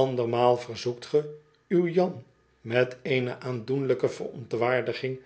andermaal verzoekt ge uw jan met eene aandoenlijke verontwaardiging